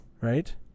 Right